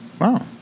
Wow